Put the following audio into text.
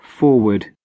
Forward